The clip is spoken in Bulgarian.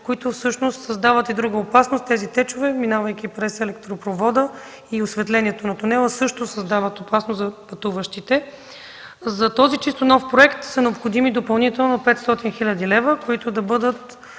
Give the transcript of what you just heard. които всъщност създават и друга опасност. Тези течове, минавайки през електропровода и осветлението на тунела, също създават опасност за пътуващите. За този чисто нов проект са необходими допълнително нови 500 хил. лв., които трябва